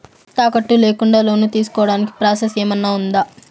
తాకట్టు లేకుండా లోను తీసుకోడానికి ప్రాసెస్ ఏమన్నా ఉందా?